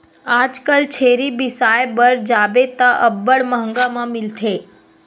आजकल छेरी बिसाय बर जाबे त अब्बड़ मंहगा म मिलथे